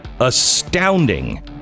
astounding